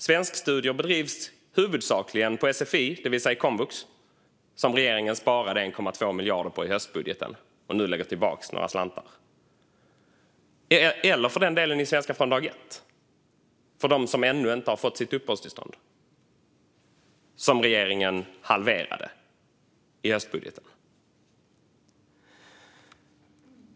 Svenskstudier bedrivs huvudsakligen på sfi, det vill säga komvux, som regeringen sparade 1,2 miljarder på i höstbudgeten och nu lägger tillbaka några slantar till, eller för delen i Svenska från dag ett för dem som ännu inte har fått sitt uppehållstillstånd. Även det halverade regeringen i höstbudgeten.